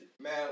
Man